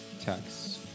text